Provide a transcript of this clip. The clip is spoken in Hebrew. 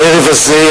בערב הזה,